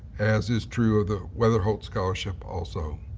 as is true of the weatherholt scholarship also.